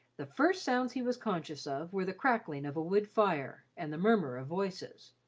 the first sounds he was conscious of were the crackling of a wood fire and the murmur of voices.